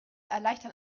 erleichtern